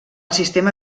sistema